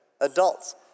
adults